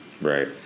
Right